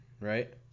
Right